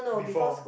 before